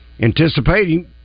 anticipating